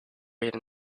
even